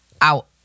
out